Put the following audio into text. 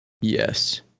Yes